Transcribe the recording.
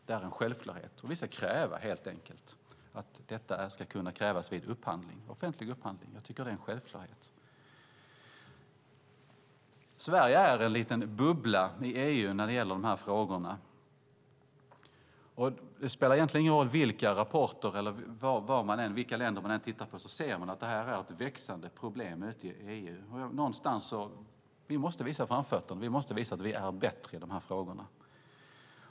Jag tycker att det är en självklarhet att detta ska kunna krävas vid offentlig upphandling. Sverige är en liten bubbla i EU när det gäller de här frågorna. Det spelar egentligen ingen roll vilka rapporter eller vilka länder man än tittar på för att se att det här är ett växande problem ute i EU. Vi måste visa framfötterna och visa att vi är bättre i de här frågorna.